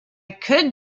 could